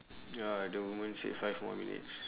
ya the woman said five more minutes